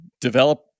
develop